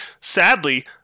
Sadly